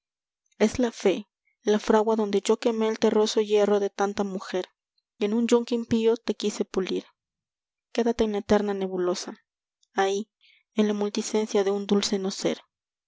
es la fé la fragua donde yo queméel terroso hierro de tanta mujer y en un yunque impío te quise pulir quédate en la eterna nebulosa ahi en la multicencia de un dulce noser